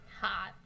Hot